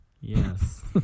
Yes